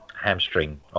hamstring